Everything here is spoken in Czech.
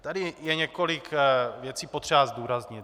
Tady je několik věcí potřeba zdůraznit.